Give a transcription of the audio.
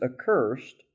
accursed